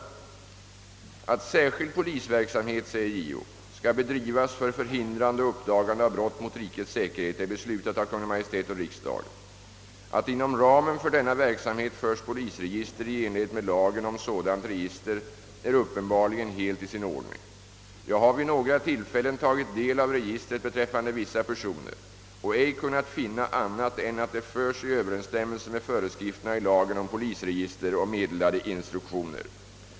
Det heter där: »Att särskild polisverksamhet skall bedrivas för hindrande och uppdagande av brott mot rikets säkerhet är beslutat av Kungl. Maj:t och riksdagen. Att inom ramen för denna verksamhet förs polisregister i enlighet med lagen om sådant register är uppenbarligen helt i sin ordning. Jag har vid några tillfällen tagit del av registret beträffande vissa personer och ej kunnat finna annat än att det förs i överensstämmelse med föreskrifterna i lagen om polisregister och meddelade instruktioner.